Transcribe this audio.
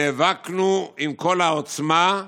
נאבקנו עם כל העוצמה,